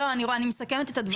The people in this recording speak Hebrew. לא, אני מסכמת את הדברים.